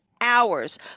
hours